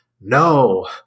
No